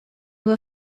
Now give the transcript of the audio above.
were